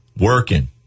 Working